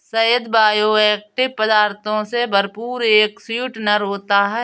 शहद बायोएक्टिव पदार्थों से भरपूर एक स्वीटनर होता है